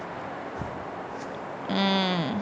mm